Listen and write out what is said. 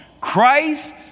Christ